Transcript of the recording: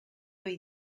ohi